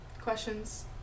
questions